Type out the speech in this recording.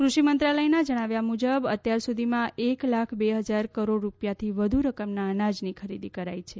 કુષિ મંત્રાલયના જણાવ્યા મુજબ અત્યાર સુધીમાં એક લાખ બે હજાર કરોડ રૂપિયાથી વધુ રકમના અનાજની ખરીદી કરાઇ છે